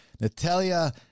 Natalia